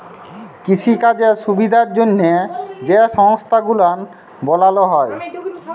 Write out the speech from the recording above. কিসিকাজের সুবিধার জ্যনহে যে সংস্থা গুলান বালালো হ্যয়